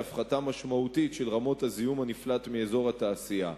להפחתה משמעותית של רמות הזיהום הנפלט מאזור התעשייה.